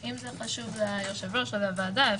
אם זה חשוב ליושב-ראש הוועדה,